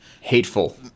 Hateful